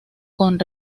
con